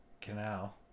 canal